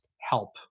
help